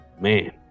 Man